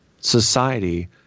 society